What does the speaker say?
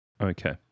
Okay